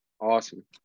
awesome